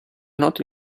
noto